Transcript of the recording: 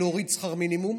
להוריד שכר מינימום,